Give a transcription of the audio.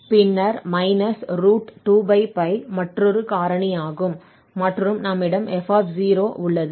பின்னர் 2 மற்றொரு காரணியாகும் மற்றும் நம்மிடம் f உள்ளது